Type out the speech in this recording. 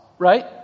right